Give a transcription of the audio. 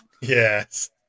yes